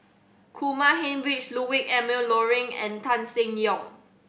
Kumar Heinrich Ludwig Emil Luering and Tan Seng Yong